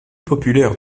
populaire